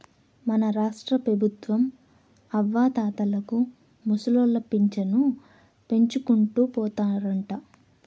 మన రాష్ట్రపెబుత్వం అవ్వాతాతలకు ముసలోళ్ల పింఛను పెంచుకుంటూ పోతారంట